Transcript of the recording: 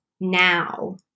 now